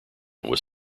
was